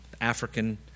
African